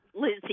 Lizzie